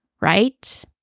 right